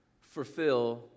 fulfill